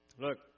Look